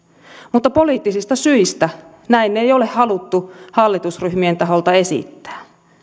mutta poliittisista syistä näin ei ole haluttu hallitusryhmien taholta esittää